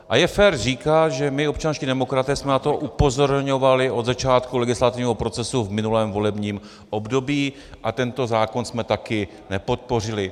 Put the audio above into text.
A je fér říkat, že my občanští demokraté jsme na to upozorňovali od začátku legislativního procesu v minulém volebním období a tento zákon jsme také nepodpořili.